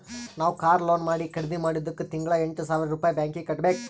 ನಾವ್ car loan ಮಾಡಿ ಖರ್ದಿ ಮಾಡಿದ್ದುಕ್ ತಿಂಗಳಾ ಎಂಟ್ ಸಾವಿರ್ ರುಪಾಯಿ ಬ್ಯಾಂಕೀಗಿ ಕಟ್ಟಬೇಕ್